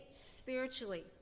spiritually